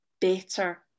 better